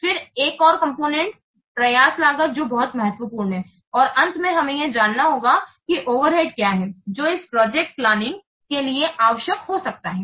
फिर एक और कॉम्पोनेन्ट प्रयास लागत जो बहुत महत्वपूर्ण है और अंत में हमें यह जानना होगा कि ओवरहेड क्या है जो इस प्रोजेक्ट प्लानिंग के लिए आवश्यक हो सकता है